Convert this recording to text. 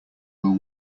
will